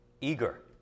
eager